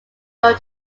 loan